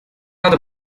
рады